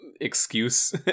excuse